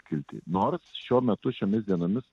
kilti nors šiuo metu šiomis dienomis